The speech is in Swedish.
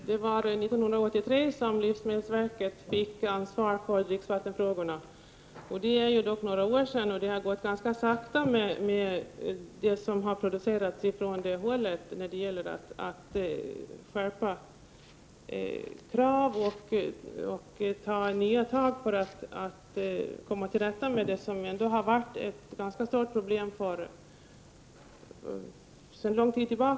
Fru talman! 1983 fick livsmedelsverket ansvaret för dricksvattenfrågorna. Det är dock några år sedan, och det har gått ganska sakta med det som har producerats från det hållet i skärpande riktning gått ganska sakta beträffande krav och nya tag för att komma till rätta med vad som ändå sedan lång tid tillbaka har varit ett ganska stort problem.